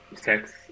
sex